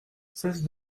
cesse